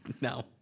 No